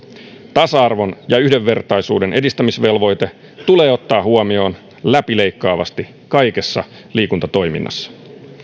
tasa arvon ja yhdenvertaisuuden edistämisvelvoite tulee ottaa huomioon läpileikkaavasti kaikessa liikuntatoiminnassa